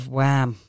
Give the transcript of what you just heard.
Wham